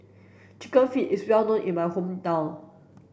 chicken feet is well known in my hometown